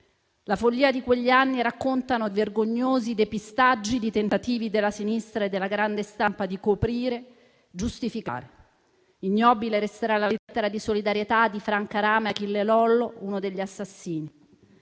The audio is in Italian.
La follia di quegli anni racconta di vergognosi depistaggi, di tentativi della sinistra e della grande stampa di coprire e giustificare. Ignobile resterà la lettera di solidarietà di Franca Rame ad Achille Lollo, uno degli assassini.